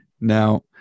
Now